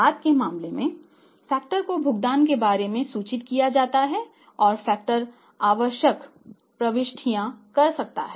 बाद के मामले में फैक्टर को भुगतान के बारे में सूचित किया जा सकता है और फैक्टर आवश्यक प्रविष्टियां कर सकता है